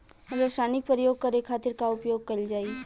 रसायनिक प्रयोग करे खातिर का उपयोग कईल जाइ?